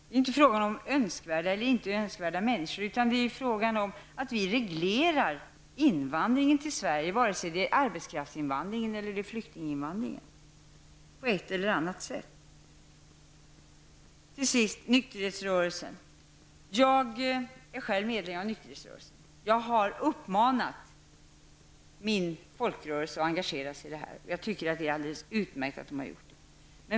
Det är inte fråga om önskvärda eller inte önskvärda människor, utan det är fråga om att vi på ett eller annat sätt reglerar invandringen till Sverige, vare sig det gäller arbetskraftsinvandringen eller flyktinginvandringen. Till sist några ord om nykterhetsrörelsen. Jag är själv medlem av nykterhetsrörelsen, och jag har uppmanat min folkrörelse att engagera sig i detta. Jag tycker också att det är alldeles utmärkt att den har gjort det.